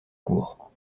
cour